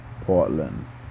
portland